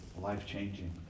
life-changing